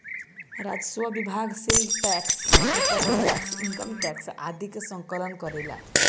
राजस्व विभाग sale tax property tax income tax आदि के संकलन करेला